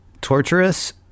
torturous